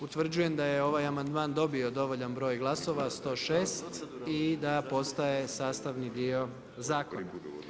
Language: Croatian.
Utvrđujem da je ovaj amandman dobio dovoljan broj glasova 106 i da postaje sastavni dio zakona.